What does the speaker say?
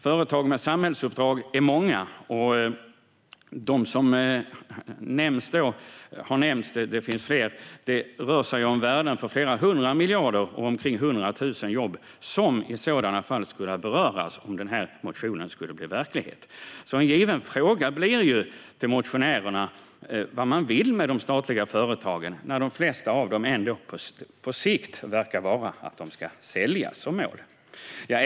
Företagen med samhällsuppdrag är många, och flera har nämnts. Det rör sig om värden på flera hundra miljarder och omkring 100 000 jobb som skulle beröras om den här motionen skulle bli verklighet. En given fråga till motionärerna är därför vad man vill med de statliga företagen, när målet på sikt ändå verkar vara att de flesta av dem ska säljas.